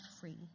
free